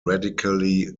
radically